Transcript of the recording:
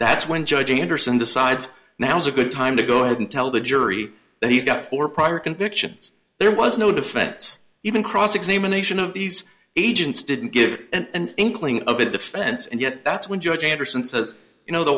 that's when judge anderson decides now's a good time to go ahead and tell the jury that he's got four prior convictions there was no defense even cross examination of these agents didn't give and inkling of a defense and yet that's when judge anderson says you know the